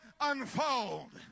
unfold